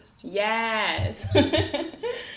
Yes